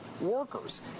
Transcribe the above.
workers